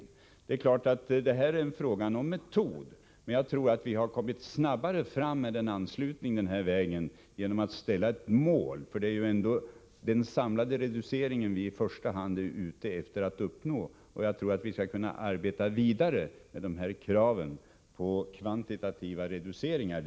Det är klart att det är en fråga om metod, men jag tror att vi har fått en snabbare anslutning den här vägen, genom att ställa upp ett mål. Det är ju ändå den samlade reduceringen som vi i första hand är ute efter att uppnå. Jag tror att vi skall kunna arbeta vidare med krav på kvantitativa reduceringar.